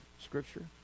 scripture